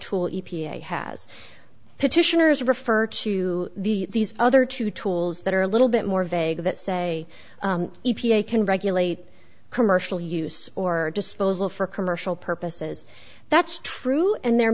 tool e p a has petitioners refer to the other two tools that are a little bit more vague that say e p a can regulate commercial use or disposal for commercial purposes that's true and there